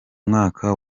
mwaka